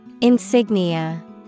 Insignia